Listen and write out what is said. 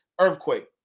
earthquake